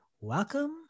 Welcome